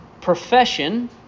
profession